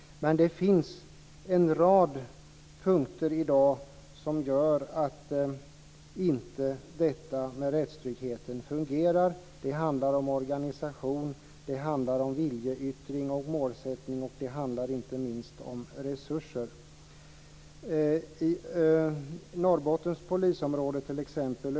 Men det finns en rad punkter i dag som gör att rättstryggheten inte fungerar. Det handlar om organisation. Det handlar om viljeyttring och målsättning. Det handlar inte minst också om resurser. Vi kan ta Norrbottens polisområde som exempel.